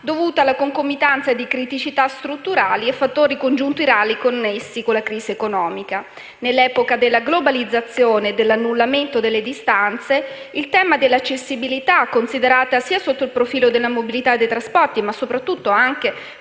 dovuta alla concomitanza di criticità strutturali e fattori congiunturali connessi con la crisi economica. Nell'epoca della globalizzazione e dell'annullamento delle distanze, il tema dell'accessibilità, considerata sia sotto il profilo della mobilità e dei trasporti, ma soprattutto anche